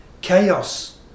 chaos